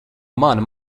mana